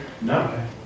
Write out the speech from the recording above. No